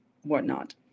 whatnot